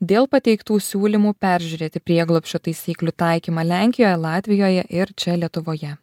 dėl pateiktų siūlymų peržiūrėti prieglobsčio taisyklių taikymą lenkijoje latvijoje ir čia lietuvoje